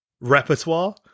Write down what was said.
repertoire